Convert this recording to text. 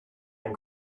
and